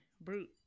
Brute